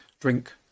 drink